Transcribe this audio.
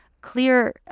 clear